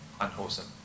unwholesome